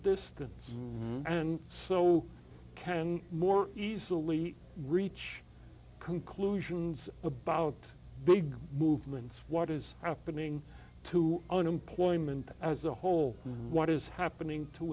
distance and so can more easily reach conclusions about big movements what is happening to unemployment as a whole and what is happening to